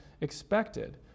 expected